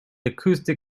acoustic